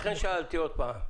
לכן שאלתי עוד פעם.